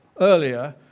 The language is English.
earlier